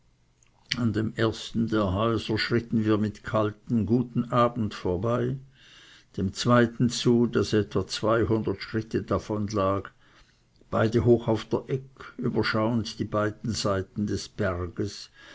an dem ersten der häuser schritten wir mit kaltem guten abend vorbei dem zweiten zu das etwa zweihundert schritte davon lag beide hoch auf der egg überschauend die beiden seiten des berges